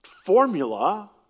Formula